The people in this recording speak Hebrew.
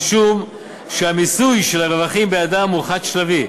משום שהמיסוי של הרווחים בידם הוא חד-שלבי: